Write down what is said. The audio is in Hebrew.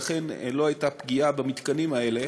לכן לא הייתה פגיעה במתקנים האלה,